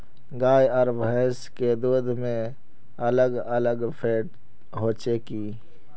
गाय आर भैंस के दूध में अलग अलग फेट होचे की?